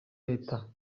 leta